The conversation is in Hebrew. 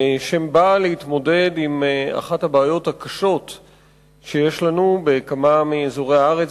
שבאה להתמודד עם אחת הבעיות הקשות שיש לנו בכמה מאזורי הארץ,